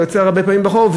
זה יוצא הרבה פעמים בחורף,